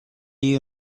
you